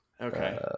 Okay